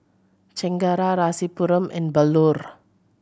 Chengara Rasipuram and Bellur